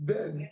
Ben